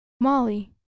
Molly